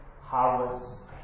harvest